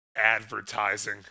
Advertising